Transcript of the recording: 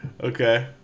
Okay